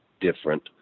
different